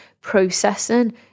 processing